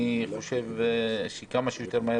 אני חושב שצריך להביא את זה כמה שיותר מהר